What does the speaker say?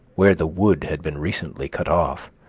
where the wood had been recently cut off,